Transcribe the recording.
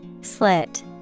Slit